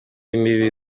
imbibi